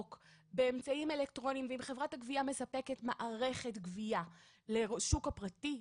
יש להן מערכות בשוק הפרטי.